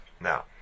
Now